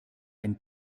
ein